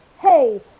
hey